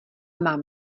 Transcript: mám